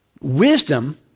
wisdom